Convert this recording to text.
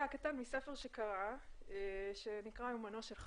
הקטן מספר שקראה שנקרא 'יומנו של חנון'.